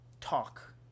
talk